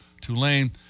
Tulane